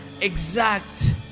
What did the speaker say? exact